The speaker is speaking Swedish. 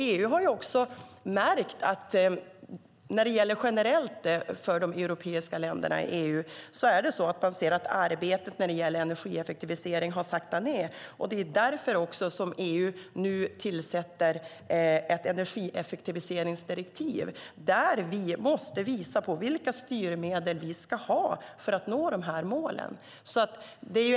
EU har också märkt att arbetet när det gäller energieffektivisering generellt har saktat ned för de europeiska länderna, och det är också därför EU nu tillsätter ett energieffektiviseringsdirektiv där vi måste visa på vilka styrmedel vi ska ha för att nå dessa mål.